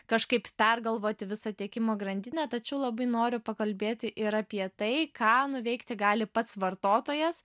kažkaip pergalvoti visą tiekimo grandinę tačiau labai noriu pakalbėti ir apie tai ką nuveikti gali pats vartotojas